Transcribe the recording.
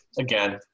Again